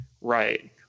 Right